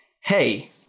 hey